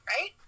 right